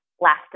last